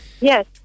Yes